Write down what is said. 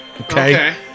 okay